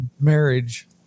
marriage